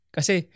Kasi